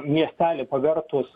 miestelį pavertus